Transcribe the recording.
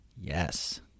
Yes